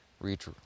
reach